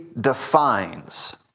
defines